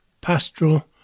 pastoral